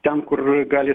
ten kur gali